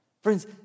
Friends